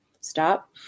Stop